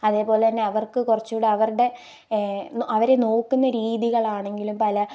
അതേപോലെ തന്നെ അവര്ക്ക് കുറച്ചു കൂടെ അവരുടെ അവരെ നോക്കുന്ന രീതികളാണെങ്കിലും പല